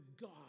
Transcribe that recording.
God